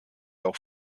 auch